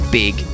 big